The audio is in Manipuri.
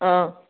ꯑꯥ